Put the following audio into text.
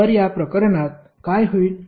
तर या प्रकरणात काय होईल